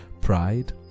pride